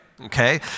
okay